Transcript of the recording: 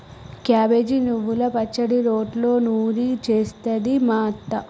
cabbage నువ్వల పచ్చడి రోట్లో నూరి చేస్తది మా అత్త